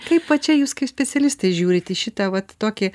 kaip va čia jūs kai specialistė žiūrit į šitą vat tokį